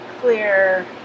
clear